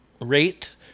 rate